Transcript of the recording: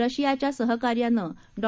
रशियाच्या सहकार्यानं डॉ